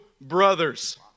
brothers